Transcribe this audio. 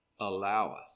alloweth